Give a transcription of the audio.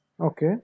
okay